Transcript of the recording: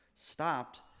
stopped